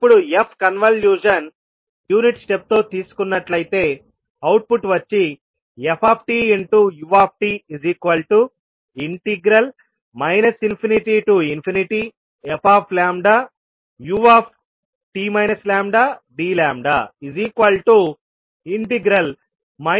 ఇప్పుడు f convolution unit step తో తీసుకున్నట్లయితే అవుట్పుట్ వచ్చి ftut ∞fut λdλ ∞tfdλ